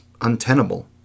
untenable